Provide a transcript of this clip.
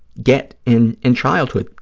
get in in childhood.